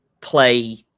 play